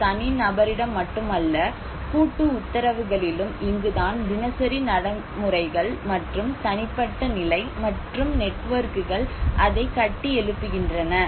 ஒரு தனிநபரிடம் மட்டுமல்ல கூட்டு உத்தரவுகளிலும் இங்குதான் தினசரி நடைமுறைகள் மற்றும் தனிப்பட்ட நிலை மற்றும் நெட்வொர்க்குகள் அதைக் கட்டியெழுப்புகின்றன